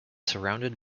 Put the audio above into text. surrounded